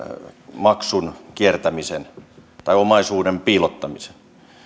maksun kiertämisen tai omaisuuden piilottamisen